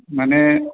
माने